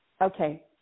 Okay